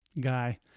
Guy